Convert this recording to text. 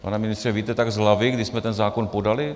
Pane ministře, víte tak z hlavy, kdy jsme ten zákon podali?